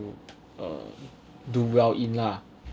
uh do well in lah